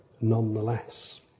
nonetheless